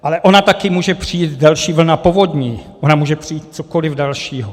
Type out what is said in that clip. Ale ona taky může přijít další vlna povodní, ono může přijít cokoli dalšího.